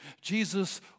Jesus